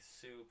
Super